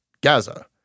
Gaza